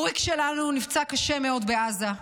אוריק שלנו נפצע קשה מאוד בעזה.